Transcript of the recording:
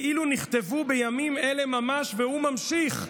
כאילו נכתבו בימים אלה ממש, והוא ממשיך: